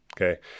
Okay